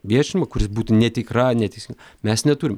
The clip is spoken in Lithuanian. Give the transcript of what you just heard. viešinimą kuris būtų netikra neteisinga mes neturim